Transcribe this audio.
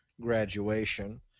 graduation